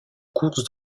course